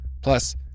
Plus